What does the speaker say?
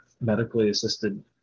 medically-assisted